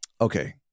Okay